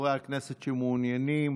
חברי הכנסת שמעוניינים